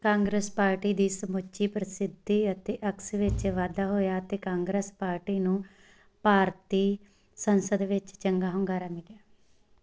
Congress party ਦੀ ਸਮੁੱਚੀ ਪ੍ਰਸਿੱਧੀ ਅਤੇ ਅਕਸ ਵਿੱਚ ਵਾਧਾ ਹੋਇਆ ਅਤੇ ਕਾਂਗਰਸ ਪਾਰਟੀ ਨੂੰ ਭਾਰਤੀ ਸੰਸਦ ਵਿੱਚ ਚੰਗਾ ਹੁੰਗਾਰਾ ਮਿਲਿਆ